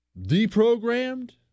deprogrammed